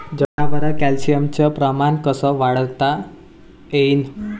जनावरात कॅल्शियमचं प्रमान कस वाढवता येईन?